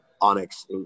Onyx